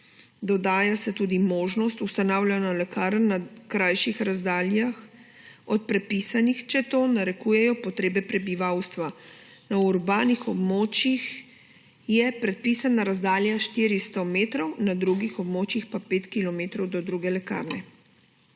Dodaja se tudi možnost ustanavljanja lekarn na krajših razdaljah od predpisanih, če to narekujejo potrebe prebivalstva. Na urbanih območjih je predpisana razdalja 400 metrov, na drugih območjih pa 5 kilometrov do druge lekarne.